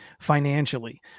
financially